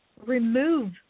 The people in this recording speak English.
remove